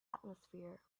atmosphere